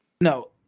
No